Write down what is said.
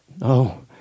No